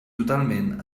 totalment